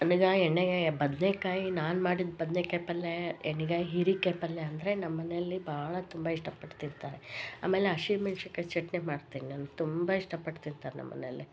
ಅಮೇಗ ಎಣ್ಣೆಗಾಯಿ ಬದ್ನೆಕಾಯಿ ನಾನು ಮಾಡಿದ ಬದ್ನೇಕಾಯಿ ಪಲ್ಲೆ ಎಣ್ಣೆಗಾಯಿ ಹೀರೀಕಾಯಿ ಪಲ್ಲೆ ಅಂದ್ರೆ ನಮ್ಮನೇಲಿ ಭಾಳ ತುಂಬ ಇಷ್ಟಪಡ್ತಿರ್ತಾರೆ ಆಮೇಲೆ ಹಶೀಮೆಣ್ಶಿನ್ಕಾಯಿ ಚಟ್ನಿ ಮಾಡ್ತೀನಿ ನಾನು ತುಂಬ ಇಷ್ಟಪಟ್ಟು ತಿಂತಾರೆ ನಮ್ಮನೇಲಿ